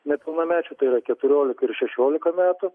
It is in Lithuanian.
nepilnamečių tai yra keturiolika ir šešiolika metų